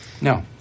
No